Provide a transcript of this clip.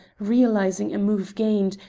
realising a move gained,